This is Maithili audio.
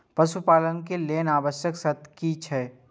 पशु पालन के लेल आवश्यक शर्त की की छै?